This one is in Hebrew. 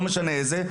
לא משנה איזה,